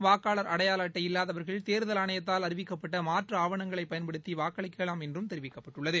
வாக்காளர் அடையாளஅட்டை இல்லாதவர்கள் தேர்தல் ஆணையத்தால் அறிவிக்கப்பட்டமாற்றுஆவணங்களைபயன்படுத்திவாக்களிக்கலாம் என்றும் தெரிவிக்கப்பட்டுள்ளது